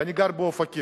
ואני גר באופקים,